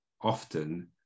often